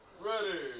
Ready